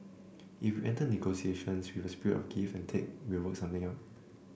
if we enter negotiations with a spirit of give and take we will work something out